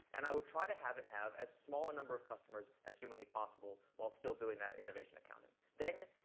and i would try to have it have as small a number of customers as humanly possible while still doing that innovation accounting. then,